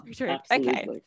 okay